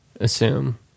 assume